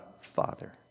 Father